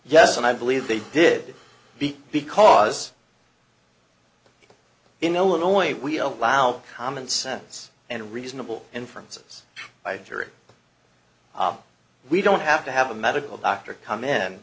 yes and i believe they did because in illinois we allow common sense and reasonable inference by jury we don't have to have a medical doctor come in